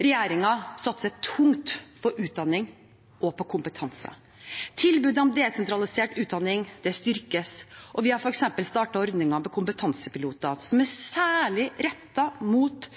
Regjeringen satser tungt på utdanning og kompetanse. Tilbudet om desentralisert utdanning styrkes. Vi har f.eks. startet ordningen med kompetansepiloter, som er særlig rettet mot